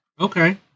Okay